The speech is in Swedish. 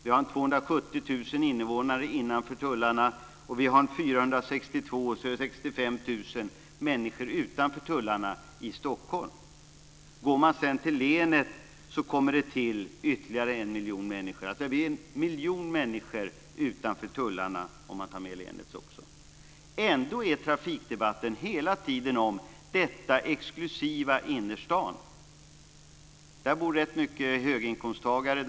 Vi har ca 270 000 invånare innanför tullarna och ca 465 000 människor utanför tullarna i Stockholm. Går man sedan till länet handlar det om en miljon människor utanför tullarna. Ändå rör trafikdebatten hela tiden detta exklusiva område: innerstaden. Där bor rätt mycket höginkomsttagare.